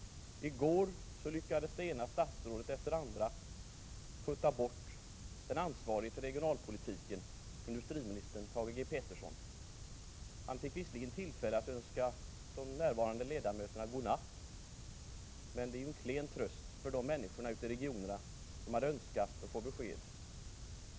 I går lyckades det ena statsrådet efter det andra putta bort den ansvarige för regionalpolitiken, industriminister Thage G. Peterson. Han fick visserligen tillfälle att önska de närvarande ledamöterna god natt, men det är ju en klen tröst för de människor ute i regionerna som önskat få besked.